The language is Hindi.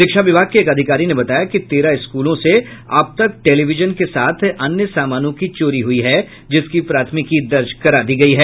शिक्षा विभाग के एक अधिकारी ने बताया कि तेरह स्कूलों से अब तक टेलीविजन के साथ अन्य सामानों की चोरी हुई है जिसकी प्राथमिकी दर्ज करायी गयी है